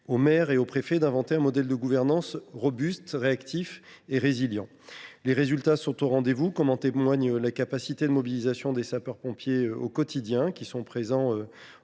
les maires et les préfets ont su inventer un modèle de gouvernance robuste, réactif et résilient. Les résultats sont au rendez vous. En témoigne la capacité de mobilisation des sapeurs pompiers, qui interviennent